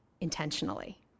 intentionally